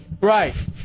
Right